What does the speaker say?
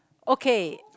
okay